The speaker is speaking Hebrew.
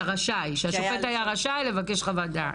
כשהשופט היה רשאי לבקש חוות דעת.